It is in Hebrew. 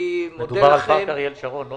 מה